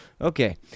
Okay